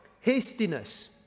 hastiness